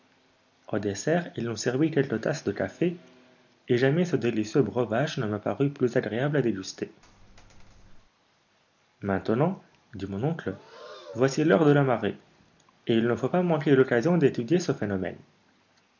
au dessert il nous servit quelques tasses de café et jamais ce délicieux breuvage ne me parut plus agréable à déguster maintenant dit mon oncle voici l'heure de la marée et il ne faut pas manquer l'occasion d'étudier ce phénomène